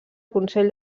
consell